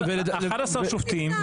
11 שופטים.